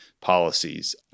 policies